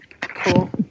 Cool